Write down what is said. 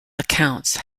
accounts